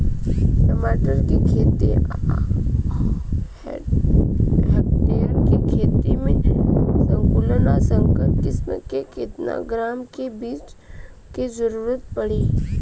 टमाटर के एक हेक्टेयर के खेती में संकुल आ संकर किश्म के केतना ग्राम के बीज के जरूरत पड़ी?